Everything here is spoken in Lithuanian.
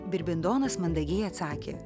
birbindonas mandagiai atsakė